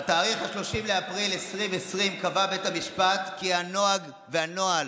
בתאריך 30 אפריל 2020 קבע בית המשפט כי הנוהג והנוהל